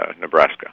Nebraska